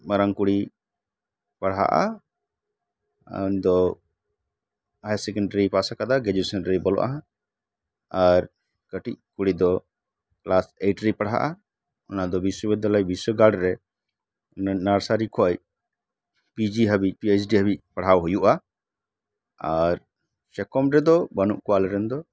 ᱢᱟᱨᱟᱝ ᱠᱩᱲᱤ ᱯᱟᱲᱦᱟᱜᱼᱟ ᱩᱱᱤᱫᱚ ᱦᱟᱭᱟᱨ ᱥᱮᱠᱮᱱᱰᱟᱨᱤᱭ ᱯᱟᱥ ᱟᱠᱟᱫᱟ ᱜᱮᱡᱩᱭᱮᱥᱚᱱ ᱨᱮᱭ ᱵᱚᱞᱚᱜ ᱟᱦᱟᱜ ᱟᱨ ᱠᱟᱹᱴᱤᱡ ᱠᱩᱲᱤᱫᱚ ᱠᱞᱟᱥ ᱮᱭᱤᱴ ᱨᱮᱭ ᱯᱟᱲᱦᱟᱜᱼᱟ ᱚᱱᱟᱫᱚ ᱵᱤᱥᱥᱚ ᱵᱤᱫᱽᱫᱟᱞᱚᱭ ᱵᱤᱥᱥᱚ ᱜᱟᱲᱨᱮ ᱱᱟᱨᱥᱟᱨᱤ ᱠᱷᱚᱡ ᱯᱤᱡᱤ ᱦᱟᱹᱵᱤᱡ ᱯᱤᱭᱮᱡᱽᱰᱤ ᱦᱟᱹᱵᱤᱡ ᱯᱟᱲᱦᱟᱣ ᱦᱩᱭᱩᱜᱼᱟ ᱟᱨ ᱥᱮᱠᱚᱢ ᱨᱮᱫᱚ ᱵᱟᱹᱱᱩᱜ ᱠᱚᱣᱟ ᱟᱞᱮᱨᱮᱱᱫᱚ